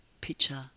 picture